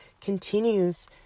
continues